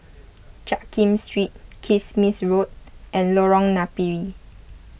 Jiak Kim Street Kismis Road and Lorong Napiri